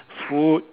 food